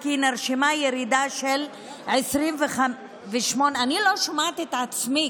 כי נרשמה ירידה של 28% אני לא שומעת את עצמי,